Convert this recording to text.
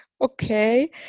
okay